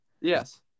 Yes